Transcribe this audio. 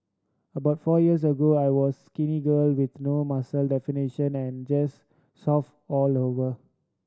about four years ago I was skinny girl with no muscle definition and just soft all over